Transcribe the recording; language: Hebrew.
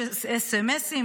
יש סמ"סים,